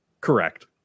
Correct